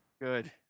Good